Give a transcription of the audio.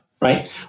Right